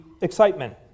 excitement